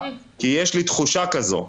כי יש לי תחושה כזו,